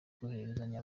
kohererezanya